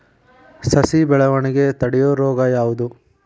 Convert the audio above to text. ಸಸಿ ಬೆಳವಣಿಗೆ ತಡೆಯೋ ರೋಗ ಯಾವುದು?